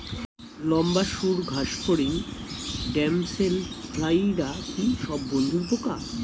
লম্বা সুড় ঘাসফড়িং ড্যামসেল ফ্লাইরা কি সব বন্ধুর পোকা?